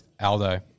Aldo